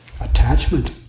attachment